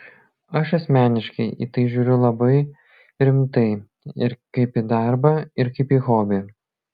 aš asmeniškai į tai žiūriu labai rimtai ir kaip į darbą ir kaip į hobį